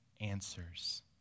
answers